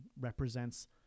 represents